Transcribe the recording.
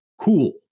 cool